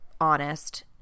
honest